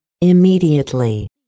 Immediately